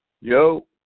Yo